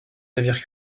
navires